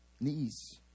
knees